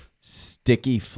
Sticky